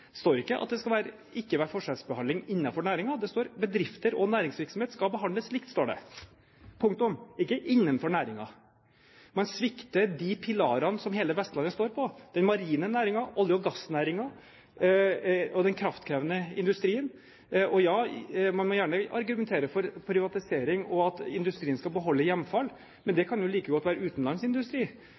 står ikke at det ikke skal være forskjellsbehandling innenfor næringen. Det står: «Bedrifter og næringsvirksomhet skal behandles likt» – punktum, ikke «innenfor næringen». Man svikter de pilarene som hele Vestlandet står på – den marine næringen, olje- og gassnæringen, og den kraftkrevende industrien. Man må gjerne argumentere for privatisering og at industrien skal beholde hjemfall, men det kan like godt være